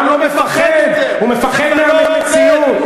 העם לא מפחד, הוא מפחד מהמציאות.